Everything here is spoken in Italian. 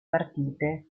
partite